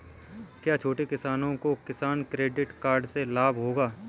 क्या छोटे किसानों को किसान क्रेडिट कार्ड से लाभ होगा?